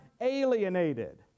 alienated